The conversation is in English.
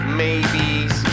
maybes